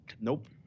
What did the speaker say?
Nope